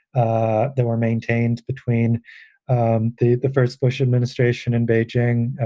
ah they were maintained between um the the first bush administration and beijing.